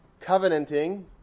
covenanting